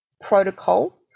protocol